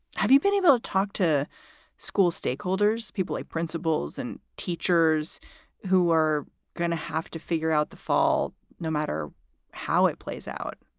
have you been able to talk to school stakeholders, people, principals and teachers who are going to have to figure out the fall no matter how it plays out?